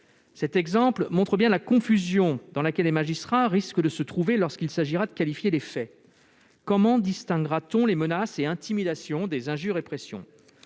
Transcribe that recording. Cet exemple montre bien la confusion dans laquelle les magistrats risquent de se trouver, lorsqu'il s'agira de qualifier les faits. Comment distinguera-t-on les menaces et intimidations des injures et pressions ?